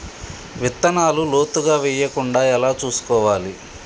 విత్తనాలు లోతుగా వెయ్యకుండా ఎలా చూసుకోవాలి?